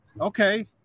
Okay